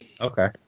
Okay